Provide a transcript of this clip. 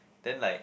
then like